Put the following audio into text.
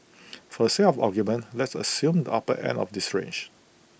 for the sake of argument let's assume the upper end of this range